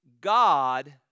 God